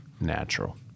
natural